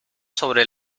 sobre